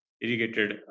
irrigated